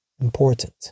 important